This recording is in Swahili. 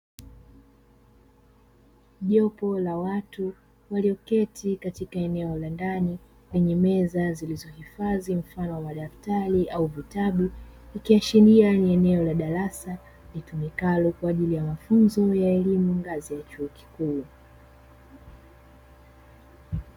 Jopo la watu walioketi katika eneo la ndani lenye meza zilizohifadhi mfano wa madaftari, au vitabu, ikiashiria ni eneo la darasa litumikalo kwa ajili ya mafunzo ya elimu ngazi ya chuo kikuu.